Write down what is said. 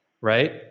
right